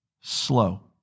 slow